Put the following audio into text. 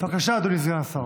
בבקשה, אדוני סגן השר.